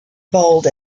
bowled